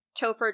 Topher